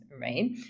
right